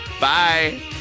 Bye